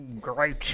great